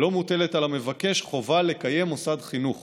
לא מוטלת על המבקש חובה לקיים מוסד חינוך